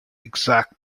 exarch